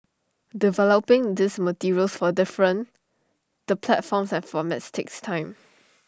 developing these materials for different the platforms and formats takes time